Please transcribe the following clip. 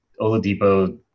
Oladipo